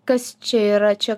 kas čia yra čia